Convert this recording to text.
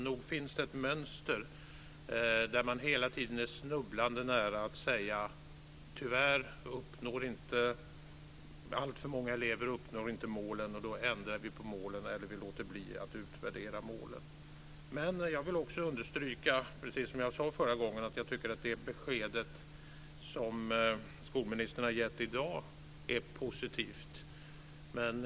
Nog finns det ett mönster där man hela tiden är snubblande nära att säga att tyvärr uppnår alltför många elever inte målen, att målen ska ändras eller inte utvärderas. Jag vill också understryka, precis som jag sade förra gången, att jag tycker att det besked som skolministern har gett i dag är positivt.